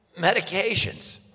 medications